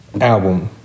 album